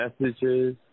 messages